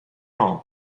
home